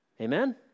Amen